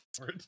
Right